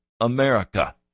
America